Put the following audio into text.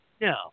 No